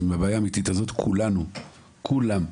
יש שינוי.